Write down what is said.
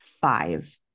five